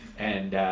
and